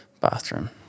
bathroom